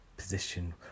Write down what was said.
position